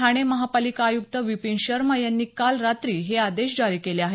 ठाणे महापालिका आयुक्त विपीन शर्मा यांनी काल रात्री हे आदेश जारी केले आहेत